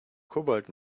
cobalt